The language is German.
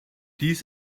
dies